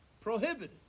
prohibited